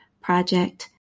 Project